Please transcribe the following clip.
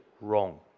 wrong